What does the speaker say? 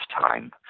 time